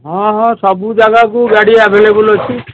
ହଁ ହଁ ସବୁ ଜାଗାକୁ ଗାଡ଼ି ଆଭେଲେବଲ୍ ଅଛି